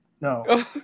No